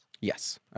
Yes